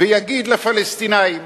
ויגיד לפלסטינים: